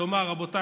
לומר: רבותיי,